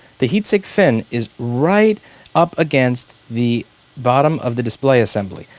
the heat sink fan is right up against the bottom of the display assembly.